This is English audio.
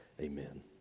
Amen